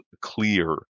clear